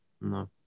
No